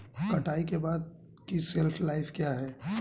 कटाई के बाद की शेल्फ लाइफ क्या है?